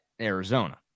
arizona